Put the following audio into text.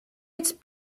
its